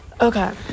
okay